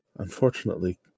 Unfortunately